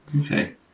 Okay